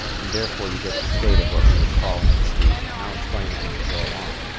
and therefore, you get the state of what we would call anesthesia. and i'll explain that as we go along.